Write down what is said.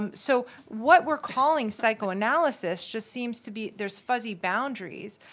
um so what we're calling psychoanalysis just seems to be there's fuzzy boundaries,